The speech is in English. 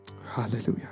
Hallelujah